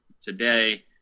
today